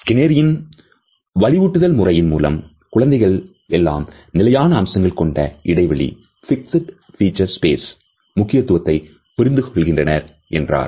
ஆகையால் Skinnerian வலுவூட்டல் முறையின் மூலம் குழந்தைகள் எல்லாம் நிலையான அம்சங்கள் கொண்ட இடைவெளி fixed feature space முக்கியத்துவத்தை புரிந்து கொள்கின்றனர் என்றார்